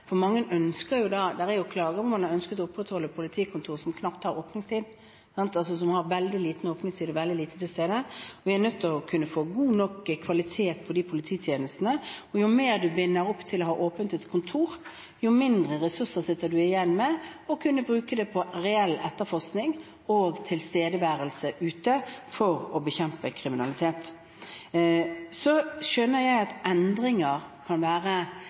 for det er jo klager hvor man har ønsket å opprettholde politikontor som knapt har åpningstid, eller som har veldig kort åpningstid, og veldig lite tilstedeværelse. Vi er nødt til å få god nok kvalitet på polititjenestene, og jo mer man binder opp til å ha et åpent kontor, jo mindre ressurser sitter man igjen med til å kunne bruke på reell etterforskning og tilstedeværelse ute for å bekjempe kriminalitet. Jeg skjønner at endringer